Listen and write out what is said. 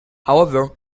however